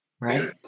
right